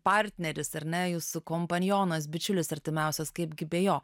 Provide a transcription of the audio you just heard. partneris ar ne jūsų kompanionas bičiulis artimiausias kaipgi be jo